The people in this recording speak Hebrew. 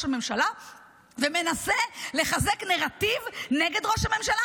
הממשלה ומנסה לחזק נרטיב נגד ראש הממשלה,